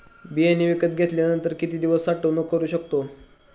बियाणे विकत घेतल्यानंतर किती दिवस साठवणूक करू शकतो?